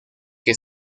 que